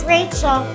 Rachel